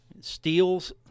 Steals